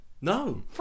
no